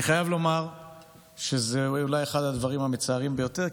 אני חייב לומר שזה אולי אחד הדברים המצערים ביותר,